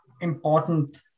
important